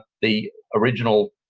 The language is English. the original